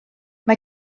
mae